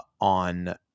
on